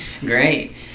great